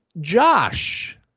Josh